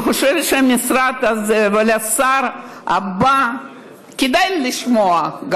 אני חושבת שהמשרד הזה, ולשר הבא כדאי לשמוע.